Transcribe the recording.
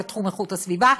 בתחום איכות הסביבה,